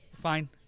fine